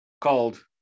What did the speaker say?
called